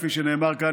כפי שנאמר כאן,